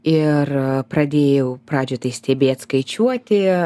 ir pradėjau pradžioj tai stebėt skaičiuoti